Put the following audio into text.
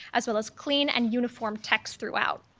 as well as clean and uniform text throughout.